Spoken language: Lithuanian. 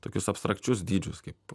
tokius abstrakčius dydžius kaip